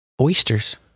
Oysters